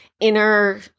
inner